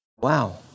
Wow